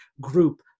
group